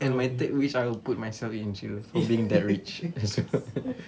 and my third wish I put myself in jail for being that rich also